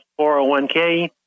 401k